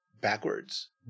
backwards